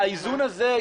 האיזון הזה,